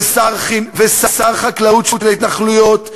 ושר חקלאות של ההתנחלויות,